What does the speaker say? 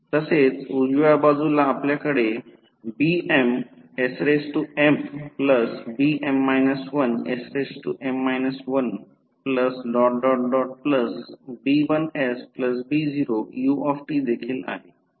तसेच उजव्या बाजूला आपल्याकडे bmsmbm 1sm 1b1sb0 ut देखील आहे